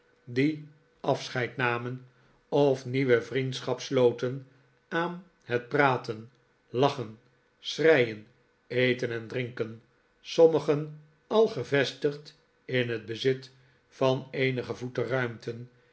die afscheid namen of nieuwe vriendschap sloten aan het praten lachen schreien eten en drinken sommigen al gevestigd in het bezit van eenige voeten